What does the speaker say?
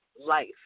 life